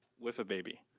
with a baby.